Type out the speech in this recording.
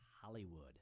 Hollywood